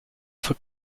for